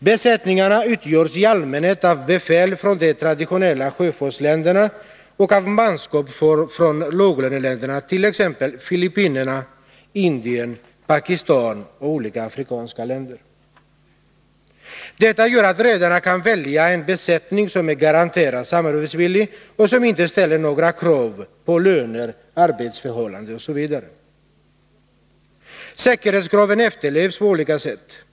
Besättningarna utgörs i allmänhet av befäl från de traditionella sjöfartsländerna och av manskap från låglöneländerna, t.ex. Filippinerna, Indien, Pakistan och olika afrikanska länder. Detta gör att redarna kan välja en besättning som är garanterat samarbetsvillig och som inte ställer några krav på löner, arbetsförhållanden Osv. Säkerhetskraven efterlevs på olika sätt.